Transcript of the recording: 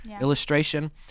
illustration